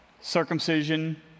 circumcision